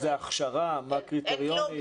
איזה הכשרה, מה הקריטריונים.